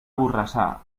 borrassà